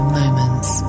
moments